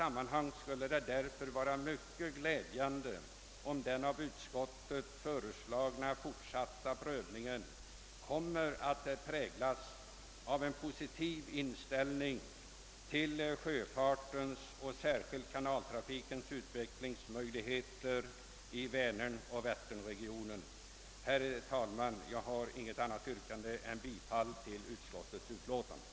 Det skulle vara mycket glädjande om den av utskottet föreslagna fortsatta prövningen präglas av en positiv inställning till sjöfartens och särskilt kanaltrafikens utvecklingsmöjligheter i Väneroch Vätterregionen. Herr talman! Jag har inget annat yrkande än om bifall till utskottets hemställan.